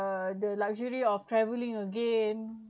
the the luxury of travelling again